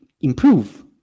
improve